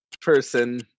person